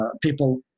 people